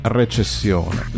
recessione